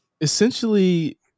essentially